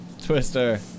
Twister